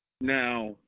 Now